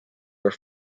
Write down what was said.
were